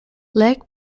leach